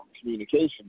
communication